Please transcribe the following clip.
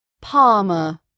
Palmer